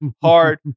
hard